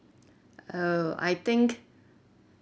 oh I think